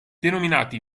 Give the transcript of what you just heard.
denominati